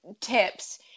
tips